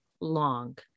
long